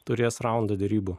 turės raundą derybų